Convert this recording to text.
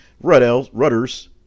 Rudders